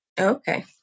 okay